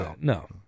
No